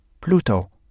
pluto